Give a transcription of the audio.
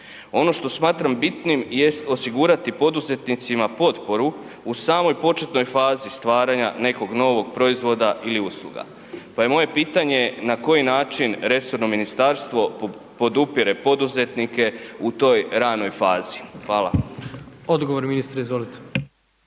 Ono što smatram bitnim jest osigurati poduzetnicima potporu u samoj početnoj fazi stvaranja nekog novog proizvoda ili usluga pa je moje pitanje na koji način resorno ministarstvo podupire poduzetnike u toj ranoj fazi? Hvala. **Jandroković,